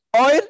oil